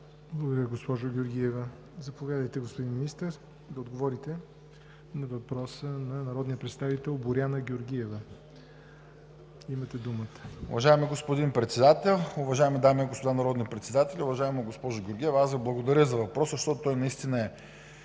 Ви, госпожо Георгиева. Заповядайте, господин Министър, да отговорите на въпроса на народния представител Боряна Георгиева. МИНИСТЪР КРАСЕН КРАЛЕВ: Уважаеми господин Председател, уважаеми дами и господа народни представители! Уважаема госпожо Георгиева, аз Ви благодаря за въпроса, защото наистина е